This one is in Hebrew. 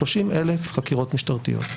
30,000 חקירות משטריות.